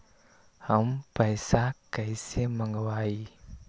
हम पैसा कईसे मंगवाई?